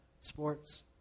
sports